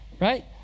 Right